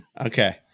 Okay